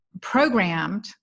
programmed